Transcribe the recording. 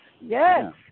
yes